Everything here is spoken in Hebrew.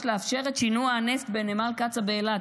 לאפשר את שינוע הנפט בנמל קצא"א באילת,